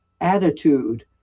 attitude